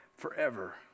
forever